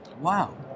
Wow